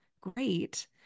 Great